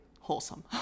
wholesome